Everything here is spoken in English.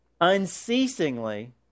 Unceasingly